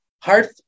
hard